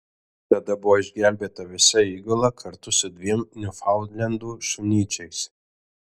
tada buvo išgelbėta visa įgula kartu su dviem niufaundlendų šunyčiais